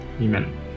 amen